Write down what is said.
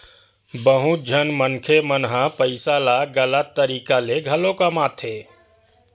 बहुत झन मनखे मन ह पइसा ल गलत तरीका ले घलो कमाथे